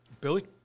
Billy